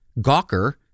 Gawker